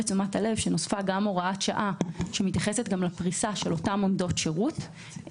נוספה גם הוראת שעה שמתייחסת לפריסה של אותן עמדות שירות,